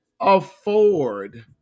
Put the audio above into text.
afford